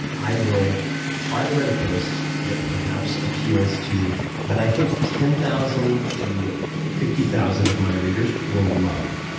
i will try to write a post that perhaps appeals to that i think ten thousand to fifty thousand of my readers will love,